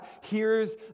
hears